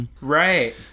right